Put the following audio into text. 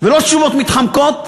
ולא תשובות מתחמקות,